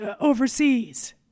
overseas